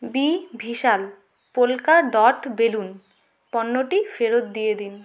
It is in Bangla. B Vishal polka dot balloon পণ্যটি ফেরত দিয়ে দিন